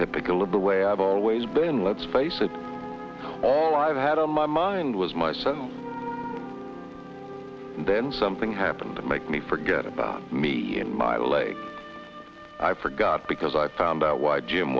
typical of the way i've always been let's face it all i've had on my mind was myself and then something happened to make me forget about me in my legs i forgot because i found out wh